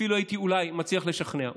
אפילו הייתי אולי מצליח לשכנע.